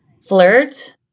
Flirt